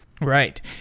Right